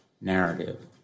narrative